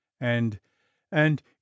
and-and